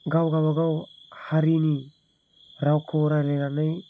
गाव गावबागाव हारिनि रावखौ रायज्लायनानै